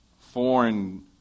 foreign